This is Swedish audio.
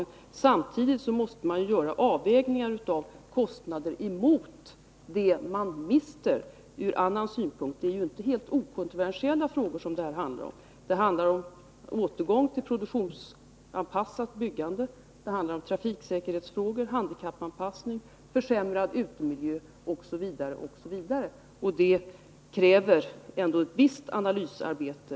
När man studerar dem måste man göra avvägningar av kostnaderna mot det man mister. Det handlar här inte om helt okontroversiella frågor. Det handlar om återgång till produktionsanpassat byggande, trafiksäkerhet, handikappanpassning, försämrad utemiljö osv. Det kräver ändå ett visst analysarbete.